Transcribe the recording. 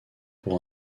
pour